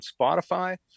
Spotify